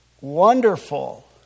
wonderful